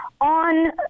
on